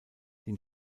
den